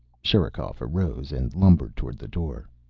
sherikov arose and lumbered toward the door.